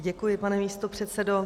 Děkuji, pane místopředsedo.